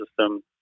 system